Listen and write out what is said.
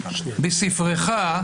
בספרך,